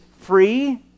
free